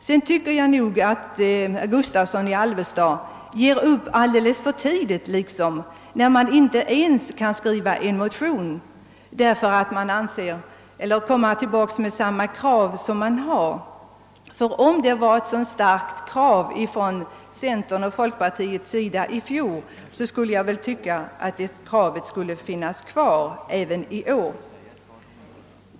Jag tycker att herr Gustavsson i Al vesta ger upp alldeles för tidigt när han inte ens vill skriva en motion med samma krav som tidigare. Om kravet från centerns och folkpartiets sida i fjol var så starkt som herr Gustavsson då gjorde gällande borde det kravet finnas kvar även i år.